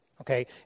Okay